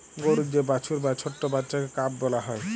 গরুর যে বাছুর বা ছট্ট বাচ্চাকে কাফ ব্যলা হ্যয়